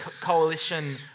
Coalition